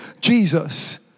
Jesus